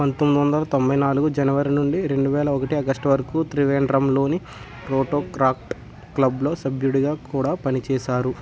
పంతొమ్మిది వందల తొంబై నాలుగు జనవరి నుండి రెండు వేల ఒకటి ఆగస్టు వరకు త్రివేండ్రంలోని రోటోక్రాక్ట్ క్లబ్లో సభ్యుడిగా కూడా పనిచేశారు